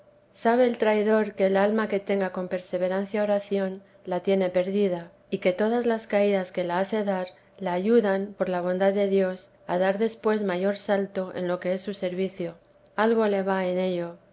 sabe el traidor que el alma que tenga con perseverancia oración la tiene perdida y que todas las caídas que la hace dar la ayudan por la bondad de dios a dar después mayor salto en lo que es su servicio algo le va en ello